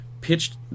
pitched